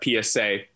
psa